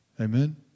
Amen